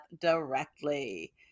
directly